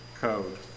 code